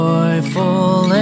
Joyful